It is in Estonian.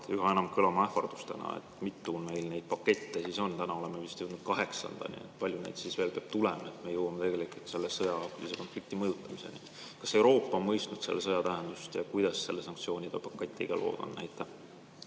üha enam kõlama vaid ähvardustena. Mitu meil neid pakette siis on? Täna oleme vist jõudnud kaheksandani. Kui palju neid siis veel peab tulema, et me jõuaksime selle sõjalise konflikti mõjutamiseni? Kas Euroopa on mõistnud selle sõja tähendust ja kuidas selle sanktsioonide paketiga lood on?